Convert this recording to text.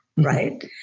Right